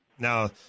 Now